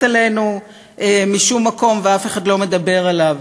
עלינו משום מקום ואף אחד לא מדבר עליו.